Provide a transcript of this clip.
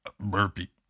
burpee